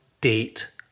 date